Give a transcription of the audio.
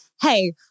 hey